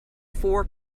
four